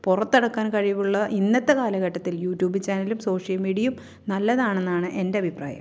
പുറത്തെടുക്കാൻ കഴിവുള്ള ഇന്നത്തെ കാലഘട്ടത്തിൽ യൂ ട്യൂബ് ചാനലും സോഷ്യൽ മീഡിയയും നല്ലതാണെന്നാണ് എൻ്റെ അഭിപ്രായം